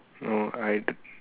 no I